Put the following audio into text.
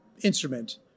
instrument